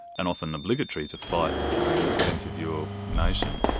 and often obligatory to fight in the defence of your nation,